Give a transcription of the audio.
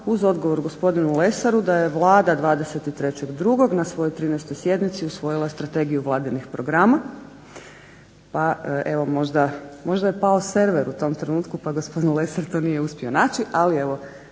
uz odgovor gospodinu Lesaru da je Vlada 23.2. na svojoj 13. sjednici usvojila Strategiju vladinih programa pa evo možda je pao server u tom trenutku pa gospodin Lesar to nije uspio naći ali evo